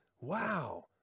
wow